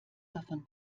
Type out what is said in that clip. davon